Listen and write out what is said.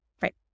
Right